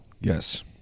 Yes